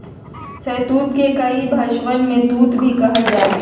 शहतूत के कई भषवन में तूत भी कहल जाहई